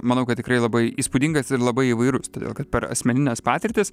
manau kad tikrai labai įspūdingas ir labai įvairus todėl kad per asmenines patirtis